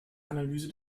analyse